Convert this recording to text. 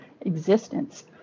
existence